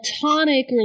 platonic